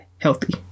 healthy